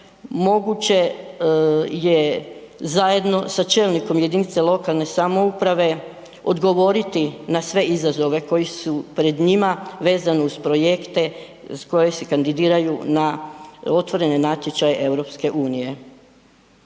moguće je zajedno sa čelnikom jedinice lokalne samouprave odgovoriti na sve izazove koji su pred njima vezano uz projekte koji se kandidiraju na otvorene natječaje EU.